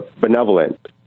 benevolent